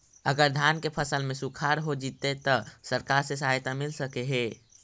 अगर धान के फ़सल में सुखाड़ होजितै त सरकार से सहायता मिल सके हे?